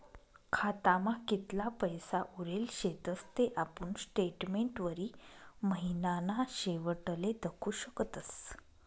खातामा कितला पैसा उरेल शेतस ते आपुन स्टेटमेंटवरी महिनाना शेवटले दखु शकतस